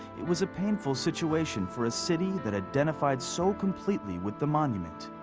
it was a painful situation for a city that identified so completely with the monument.